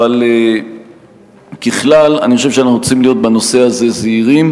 אבל ככלל אני חושב שאנחנו צריכים להיות בנושא הזה זהירים,